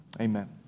Amen